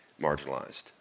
marginalized